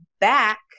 back